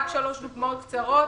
רק שלוש דוגמאות קצרות.